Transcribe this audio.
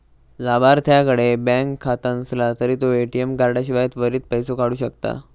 लाभार्थ्याकडे बँक खाता नसला तरी तो ए.टी.एम कार्डाशिवाय त्वरित पैसो काढू शकता